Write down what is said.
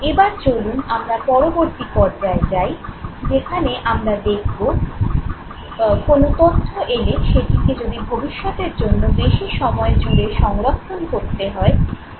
এবার চলুন আমরা পরবর্তী পর্যায়ে যাই যেখানে আমরা দেখবো কোন তথ্য এলে সেটিকে যদি ভবিষ্যতের জন্য বেশি সময় জুড়ে সংরক্ষণ করতে হয় কীভাবে এগোতে হয়